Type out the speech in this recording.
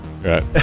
Right